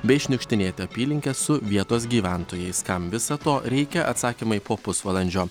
bei šniukštinėti apylinkes su vietos gyventojais kam viso to reikia atsakymai po pusvalandžio